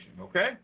okay